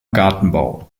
gartenbau